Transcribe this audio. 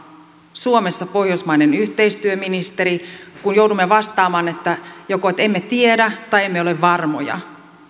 suomessa pohjoismainen yhteistyöministeri kun joudumme vastaamaan joko että emme tiedä tai emme ole varmoja